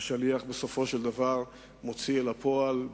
השליח בסופו של דבר מוציא אל הפועל,